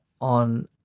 on